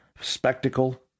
spectacle